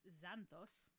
Xanthos